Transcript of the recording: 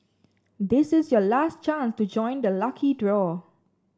this is your last chance to join the lucky draw